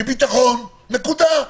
נקודה.